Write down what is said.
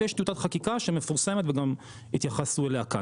ויש גם טיוטת חקיקה שמפורסמת וגם התייחסנו אליה כאן.